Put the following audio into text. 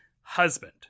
husband